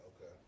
Okay